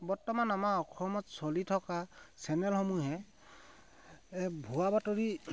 বৰ্তমান আমাৰ অসমত চলি থকা চেনেলসমূহে ভুৱাবাতৰি